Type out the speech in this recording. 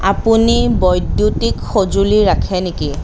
আপুনি বৈদ্যুতিক সঁজুলি ৰাখে নেকি